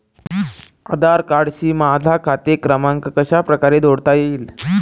आधार कार्डशी माझा खाते क्रमांक कशाप्रकारे जोडता येईल?